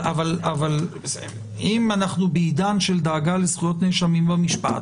אבל אם אנחנו בעידן של דאגה לזכויות נאשמים במשפט,